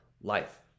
life